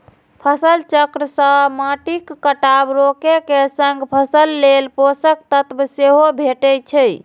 फसल चक्र सं माटिक कटाव रोके के संग फसल लेल पोषक तत्व सेहो भेटै छै